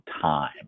time